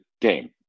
game